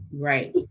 right